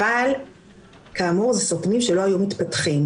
אבל כאמור, אלה סרטנים שלא היו מתפתחים.